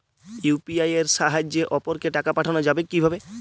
UPI এর সাহায্যে অপরকে টাকা পাঠানো যাবে কিভাবে?